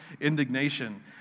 indignation